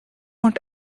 want